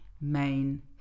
main